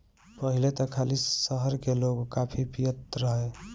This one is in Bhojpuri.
पहिले त खाली शहर के लोगे काफी पियत रहे